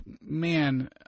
man